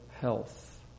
health